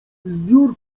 zbiór